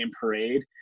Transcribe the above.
parade